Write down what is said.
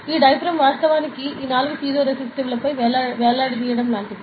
ఈ డయాఫ్రాగమ్ వాస్తవానికి ఈ నాలుగు పైజోరేసిస్టివ్లపై వేలాడదీయడం లాంటిది